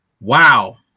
wow